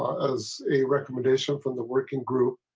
as a recommendation from the working group.